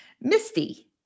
Misty